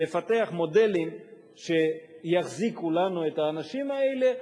לפתח מודלים שיחזיקו לנו את האנשים האלה.